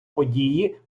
події